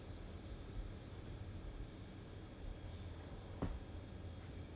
then how does it work 她那个 she has to go 她的 S_A_P lapse liao mah